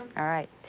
all right.